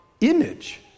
image